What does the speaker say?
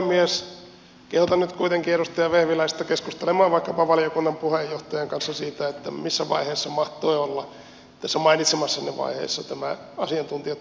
kehotan nyt kuitenkin edustaja vehviläistä keskustelemaan vaikkapa valiokunnan puheenjohtajan kanssa siitä missä vaiheessa mahtoi olla tässä mainitsemassanne vaiheessa tämä asiantuntijoitten kuuleminen